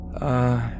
Uh